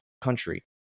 country